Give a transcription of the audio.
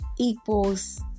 Equals